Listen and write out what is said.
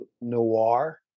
noir